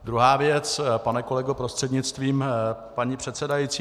Druhá věc, pane kolego prostřednictvím paní předsedající.